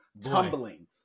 tumbling